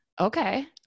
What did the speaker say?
Okay